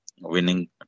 winning